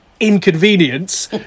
Inconvenience